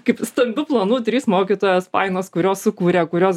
kaip stambiu planu trys mokytojos fainos kurios sukūrė kurios